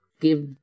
Give